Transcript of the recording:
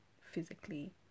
physically